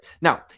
Now